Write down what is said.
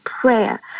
prayer